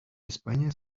españa